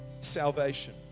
salvation